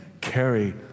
carry